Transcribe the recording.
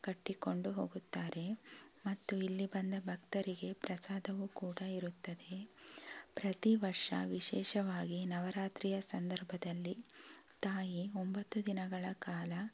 ಕಟ್ಟಿಕೊಂಡು ಹೋಗುತ್ತಾರೆ ಮತ್ತು ಇಲ್ಲಿ ಬಂದ ಭಕ್ತರಿಗೆ ಪ್ರಸಾದವು ಕೂಡ ಇರುತ್ತದೆ ಪ್ರತಿ ವರ್ಷ ವಿಶೇಷವಾಗಿ ನವರಾತ್ರಿಯ ಸಂದರ್ಭದಲ್ಲಿ ತಾಯಿ ಒಂಬತ್ತು ದಿನಗಳ ಕಾಲ